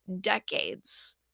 decades